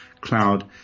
cloud